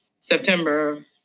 September